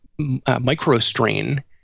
MicroStrain